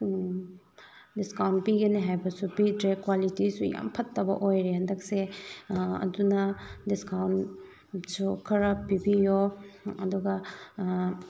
discount ꯄꯤꯒꯅꯤ ꯍꯥꯏꯕꯁꯨ ꯄꯤꯗ꯭ꯔꯦ ꯀ꯭ꯋꯥꯂꯤꯇꯤꯁꯨ ꯌꯥꯝ ꯐꯠꯇꯕ ꯑꯣꯏꯔꯦ ꯍꯟꯗꯛꯁꯦ ꯑꯗꯨꯅ ꯗꯤꯁꯀꯥꯎꯟꯁꯨ ꯈꯔ ꯄꯤꯕꯤꯌꯣ ꯑꯗꯨꯒ